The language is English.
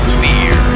beer